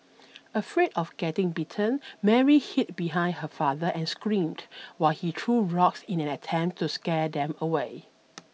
afraid of getting bitten Mary hid behind her father and screamed while he threw rocks in an attempt to scare them away